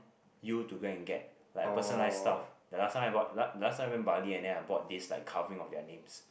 you to go and get like a personalised stuff the last time I bought last time I went Bali and then I bought this like carving of their names